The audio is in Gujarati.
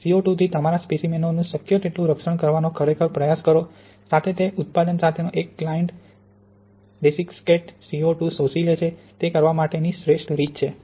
સીઓ2 થી તમારા સ્પેસીમેનઓનું શક્ય તેટલું રક્ષણ કરવાનો ખરેખર પ્રયાસ કરો સાથે તે ઉત્પાદન સાથેનો એક ક્લાયંટ ડેસિસ્કેટર સીઓ 2 શોષી લે છે તે કરવા માટેની શ્રેષ્ઠ રીત છે